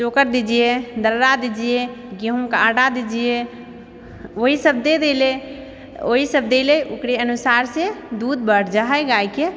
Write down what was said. चोकर दीजिए दर्रा दीजिए गेहूँ का आटा दीजिए ओहि सब दे देलै ओहि सब देलै ओकरे अनुसारसँ दूध बढ़ जाइ हइ गायके